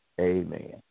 Amen